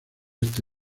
este